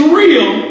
real